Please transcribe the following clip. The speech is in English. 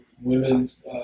women's